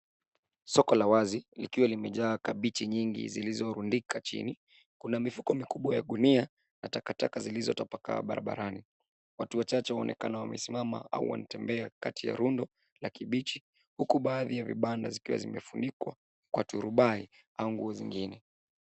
Soko la wazi likiwa limejaa kabeji nyingi zilizotundikwa chini .Kuna mifuko mikubwa ya gunia ya takataka zilizotapakaa barabarani .Watu wachache wanaonekana wamesimama au wanatembea kati ya rundo la kibichi huku baadhi ya vibanda zikiwa zimefunikwa kwa turubai au nguo zingine.